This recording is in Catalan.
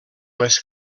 les